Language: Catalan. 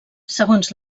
segons